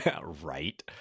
Right